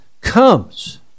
comes